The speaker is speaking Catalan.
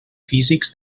físics